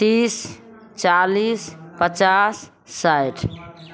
तीस चालीस पचास साठि